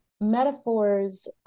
metaphors